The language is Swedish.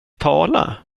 tala